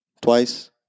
Twice